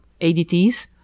ADTs